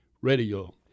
radio